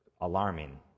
alarming